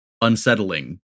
unsettling